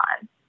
time